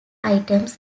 items